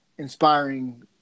inspiring